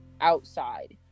outside